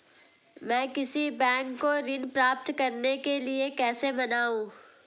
मैं किसी बैंक को ऋण प्राप्त करने के लिए कैसे मनाऊं?